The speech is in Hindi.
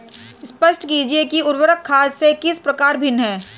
स्पष्ट कीजिए कि उर्वरक खाद से किस प्रकार भिन्न है?